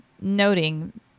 noting